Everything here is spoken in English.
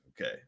Okay